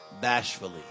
bashfully